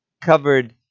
covered